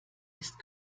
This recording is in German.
ist